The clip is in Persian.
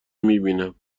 میبینم